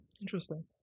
Interesting